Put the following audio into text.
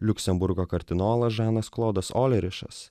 liuksemburgo kardinolas žanas klodas olerišas